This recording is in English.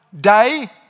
day